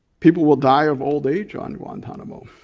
people will die of old age on guantanamo.